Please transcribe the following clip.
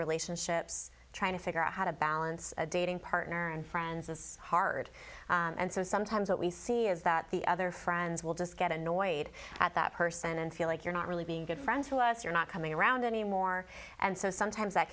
relationships trying to figure out how to balance a dating partner and friends is hard and so sometimes what we see is that the other friends will just get annoyed at that person and feel like you're not really being a good friend to us you're not coming around anymore and so sometimes that